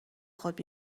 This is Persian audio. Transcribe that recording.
خود